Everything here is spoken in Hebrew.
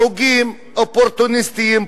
חוגים אופורטוניסטיים,